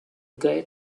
guy